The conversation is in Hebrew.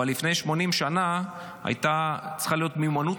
אבל לפני 80 שנה הייתה צריכה להיות מיומנות